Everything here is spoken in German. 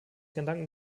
gedanken